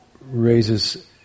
raises